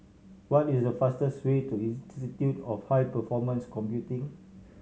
what is the fastest way to Institute of High Performance Computing